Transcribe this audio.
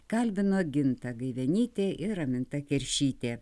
kalbino ginta gaivenytė ir raminta keršytė